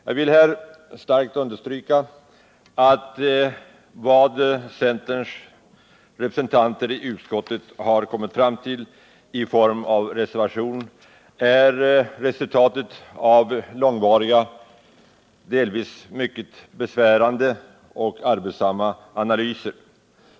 Jag vill här starkt understryka att vad centerns representanter i utskottet kommit fram till i form av reservationer är resultatet av långvariga, delvis mycket besvärliga och arbetsamma analyser.